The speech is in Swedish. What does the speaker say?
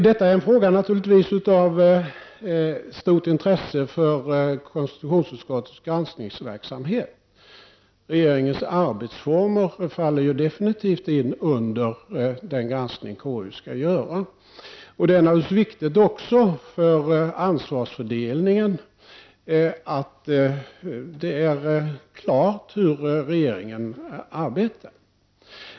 Detta är naturligtvis en fråga av stort intresse för konstitutionsutskottets granskningsverksamhet. Regeringens arbetsformer faller definitivt under den granskning KU skall göra. Det är naturligtvis också viktigt för ansvarsfördelningen att det är klarlagt hur regeringen arbetar.